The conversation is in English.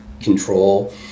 control